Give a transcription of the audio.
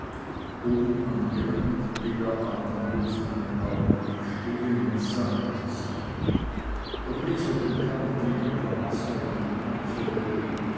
oben angelangt blieb er atemlos einen augenblick stehen und sammelte sich doch ließ er dem kammerdiener kaum zeit ihn anzumelden